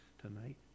tonight